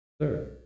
Sir